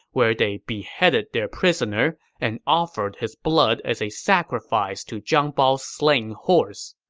where they beheaded their prisoner and offered his blood as a sacrifice to zhang bao's slain horse.